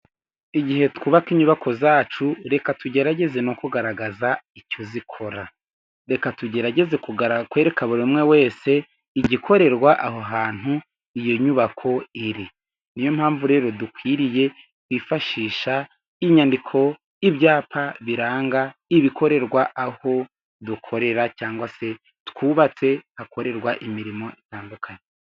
Igihe twubaka inyubako zacu reka tugerageze no kugaragaza icyo zikora. Reka tugerageze kwereka buri umwe wese igikorerwa aho hantu iyo nyubako iri. Ni yo mpamvu rero dukwiriye kwifashisha inyandiko y'ibyapa biranga ibikorerwa aho dukorera, cyangwa se twubatse hakorerwa imirimo itandukanye.